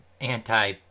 anti